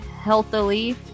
healthily